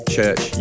Church